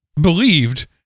believed